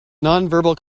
nonverbal